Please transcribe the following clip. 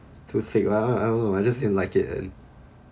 too thick lah I don't know I just didn't like it then